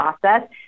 process